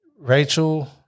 Rachel